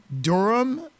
Durham